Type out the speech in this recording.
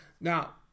Now